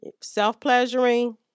Self-pleasuring